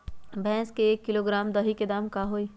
भैस के एक किलोग्राम दही के दाम का होई?